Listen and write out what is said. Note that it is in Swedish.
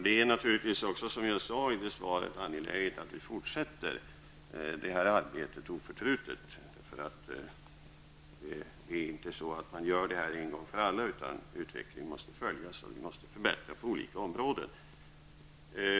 Det är naturligtvis, som jag sade i svaret, angeläget att vi oförtrutet fortsätter det arbetet -- det är inte någonting som man gör en gång för alla, utan utvecklingen måste följas och vi måste förbättra förhållandena på olika områden.